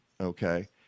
Okay